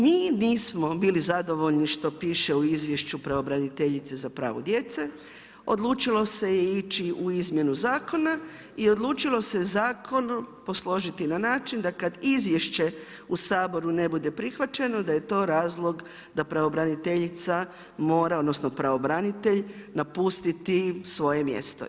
Mi nismo bili zadovoljni što piše u Izvješću pravobraniteljice za prava djece, odlučilo se ići u izmjenu zakona i odlučilo se zakon posložiti na način da kad izvješće u Saboru ne bude prihvaćeno da je to razlog da pravobraniteljica, odnosno pravobranitelj mora napustiti svoje mjesto.